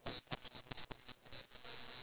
xiao-xuan give me C_S-go like